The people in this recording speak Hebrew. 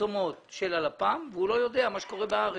פרסומות של הלפ"ם והוא לא יודע מה שקורה בארץ?